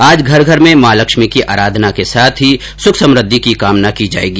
आज घर घर में मां लक्ष्मी की अराधना के साथ ही सुख समृद्धि की कामना की जायेगी